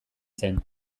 zen